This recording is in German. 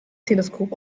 teleskop